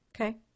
Okay